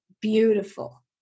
beautiful